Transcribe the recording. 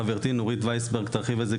חברתי נורית וייסברג תרחיב את זה,